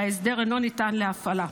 וההסדר אינו ניתן להפעלה.